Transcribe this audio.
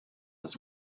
his